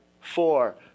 four